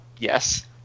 Yes